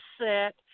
set